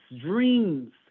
Dreams